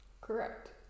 Correct